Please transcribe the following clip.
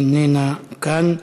איננה כאן.